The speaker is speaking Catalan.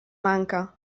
manca